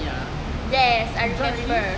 yes I remember